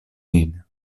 nin